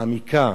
מעמיקה.